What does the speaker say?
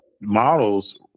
models